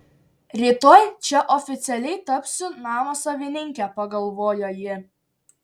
rytoj čia oficialiai tapsiu namo savininke pagalvojo ji